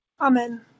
amen